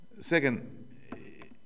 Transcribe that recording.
Second